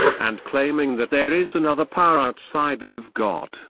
and claiming that there is another power outside that of god.